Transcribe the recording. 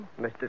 Mr